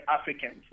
Africans